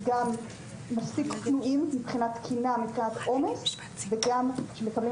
מספיק פנויים מבחינת תקינה ומבחינת עומס וגם מקבלים